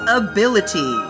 ability